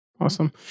Awesome